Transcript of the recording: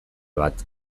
bat